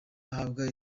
ahabwa